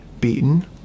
beaten